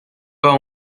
pas